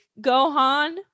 Gohan